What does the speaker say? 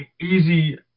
easy